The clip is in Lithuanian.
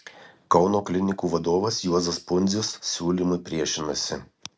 kauno klinikų vadovas juozas pundzius siūlymui priešinasi